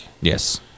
yes